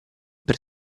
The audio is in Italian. per